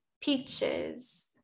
peaches